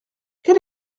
quel